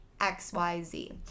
XYZ